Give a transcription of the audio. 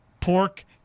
pork